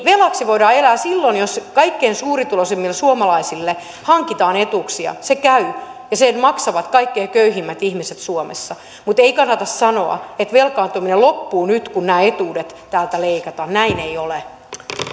velaksi voidaan elää silloin jos kaikkein suurituloisimmille suomalaisille hankitaan etuuksia ja sen maksavat kaikkein köyhimmät ihmiset suomessa ja se käy mutta ei kannata sanoa että velkaantuminen loppuu nyt kun nämä etuudet täältä leikataan näin ei ole